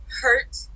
hurt